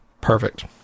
Perfect